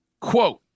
quote